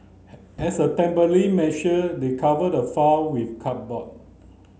as a temporary measure they covered the file with cardboard